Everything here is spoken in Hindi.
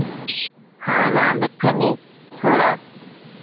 हाँ लॉन रखेंगे थोड़ा